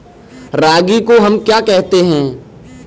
रागी को हम क्या कहते हैं?